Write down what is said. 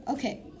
Okay